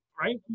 right